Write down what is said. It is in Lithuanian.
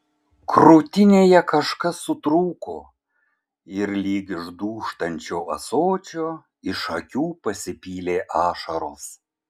krūtinėje kažkas sutrūko ir lyg iš dūžtančio ąsočio iš akių pasipylė ašaros